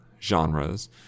genres